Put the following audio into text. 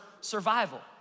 survival